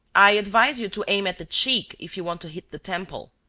i advise you to aim at the cheek if you want to hit the temple,